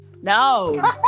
No